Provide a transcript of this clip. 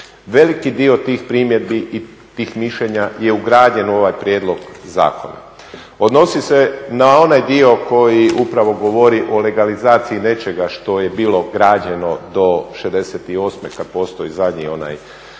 Veliki dio tih primjedbi i tih mišljenja je ugrađen u ovaj prijedlog zakona. Odnosi se na onaj dio koji upravo govori o legalizaciji nečega što je bilo građeno do '68., kad postoji zadnji onaj snimak,